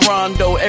Rondo